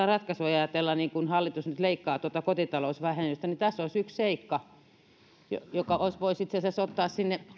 ratkaisua ajatella niin kun hallitus nyt leikkaa tuota kotitalousvähennystä niin tässä olisi yksi seikka jonka voisi itse asiassa ottaa sinne